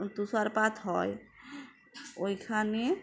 তুষার পাত হয় ওইখানে